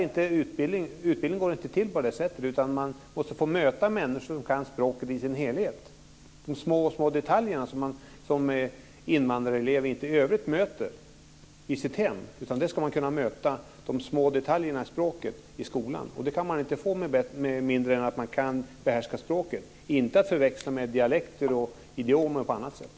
Men utbildning går inte till på det sättet, utan man måste få möta människor som kan språket i dess helhet, även de små detaljerna som invandrarelever i övrigt inte möter i sitt hem. De små detaljerna i språket ska man därför kunna möta i skolan. Detta är inte möjligt med mindre än att språket behärskas; det här ska inte förväxlas med dialekter, idiom etc.